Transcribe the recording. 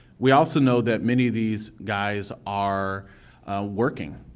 we also know that many of these guys are working.